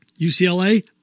UCLA